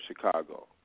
Chicago